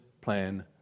plan